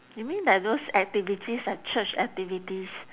you mean like those activities like church activities